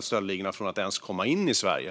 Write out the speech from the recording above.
stöldligorna från att ens komma in i Sverige.